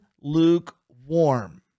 lukewarm